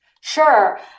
Sure